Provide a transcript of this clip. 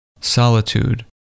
Solitude